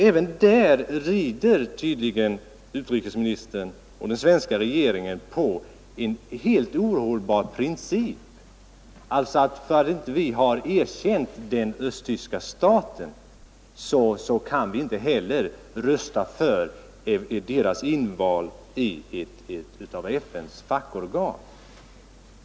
Även där rider tydligen utrikesministern och den svenska regeringen på en helt ohållbar princip, nämligen att därför att vi inte har erkänt den östtyska staten kan vi inte heller rösta för Östtysklands inval i ett av FN:s fackorgan.